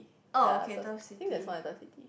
oh okay Turf City